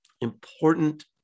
important